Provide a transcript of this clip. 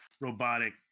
robotic